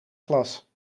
glas